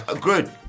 Good